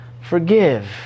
Forgive